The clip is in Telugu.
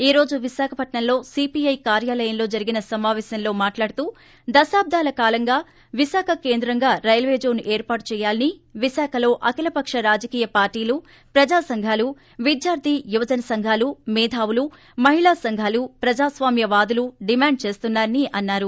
ఈ రోజు విశాఖపట్నం లో సిపిఐ కార్యాలయంలో జరిగిన సమాపేశంలో మాట్లాడుతూ దశాబ్గాల కాలంగా విశాఖ కేంద్రంగా రైల్వే జోన్ ఏర్పాటు చేయాలని విశాఖలో అఖిలపక్ష రాజకీయ పార్లీలు ప్రజా సంఘాలు విద్యార్గి యువజన సంఘాలు మేథావులు మహిళా సంఘాలు ప్రజాస్వామ్య వాదులు డిమాండ్ చేస్తున్నా రని అన్నారు